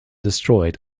destroyed